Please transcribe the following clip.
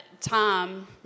Tom